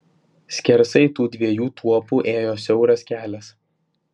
skersai tų dviejų tuopų ėjo siauras kelias